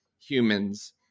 humans